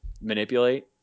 manipulate